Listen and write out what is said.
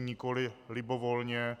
Nikoli libovolně.